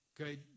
Okay